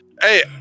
hey –